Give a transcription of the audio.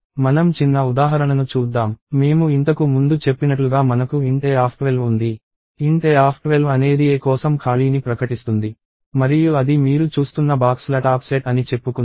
మనం చిన్న ఉదాహరణను చూద్దాం మేము ఇంతకు ముందు చెప్పినట్లుగా మనకు int a12 ఉంది int a12 అనేది a కోసం ఖాళీని ప్రకటిస్తుంది మరియు అది మీరు చూస్తున్న బాక్స్ల టాప్ సెట్ అని చెప్పుకుందాం